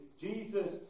Jesus